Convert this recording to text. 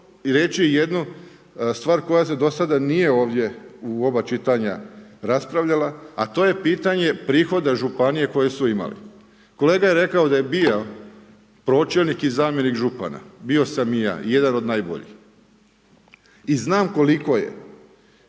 reći jednu stvar koja se dosada nije ovdje u oba čitanja raspravljala a to je pitanje prihoda županije koje su imali. Kolega je rekao da je bio pročelnik i zamjenik župana, bio sam i ja, jedan od najboljih. Znam koliko je